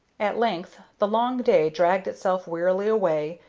at length the long day dragged itself wearily away,